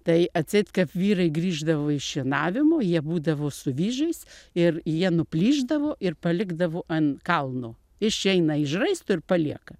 tai atseit kap vyrai grįždavo iš šienavimo jie būdavo su vyžais ir jie nuplyšdavo ir palikdavo an kalno išeina iš raisto ir palieka